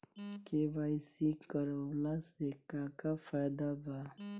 KYC करवला से का का फायदा बा?